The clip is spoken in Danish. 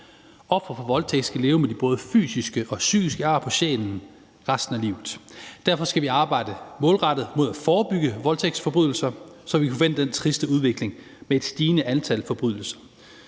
Ofre for voldtægt skal leve med både de fysiske og psykiske ar på sjælen resten af livet. Derfor skal vi arbejde målrettet mod at forebygge voldtægtsforbrydelser, så vi kan få så vendt den triste udvikling med et stigende antal forbrydelser.